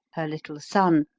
her little son,